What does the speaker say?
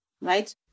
right